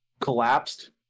collapsed